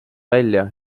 välja